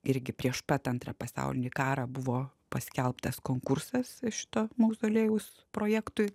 irgi prieš pat antrą pasaulinį karą buvo paskelbtas konkursas šito mauzoliejaus projektui